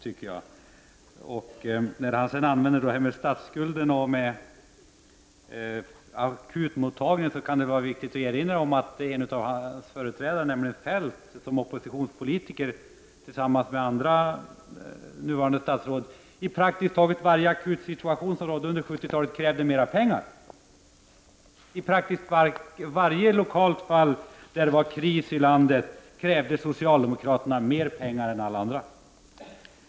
När sedan finansministern talade om statsskulden och akutmottagningen, är det viktigt att erinra om att en av hans företrädare, nämligen Feldt, som oppositionspolitiker tillsammans med andra nuvarande statsråd i praktiskt taget varenda akutsituation under 1970-talet krävde mer pengar. I praktiskt taget varje lokalt fall där det var kris krävde socialdemokraterna mer pengar än alla andra.